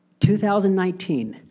2019